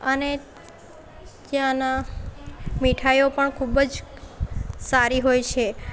અને ત્યાંનાં મીઠાઈઓ પણ ખૂબ જ સારી હોય છે